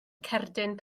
cerdyn